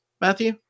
Matthew